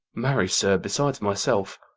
marry, sir, besides myself,